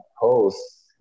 post